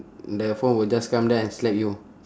the phone will just come there and slap you